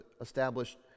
established